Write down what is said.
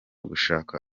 gushaka